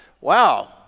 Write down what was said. Wow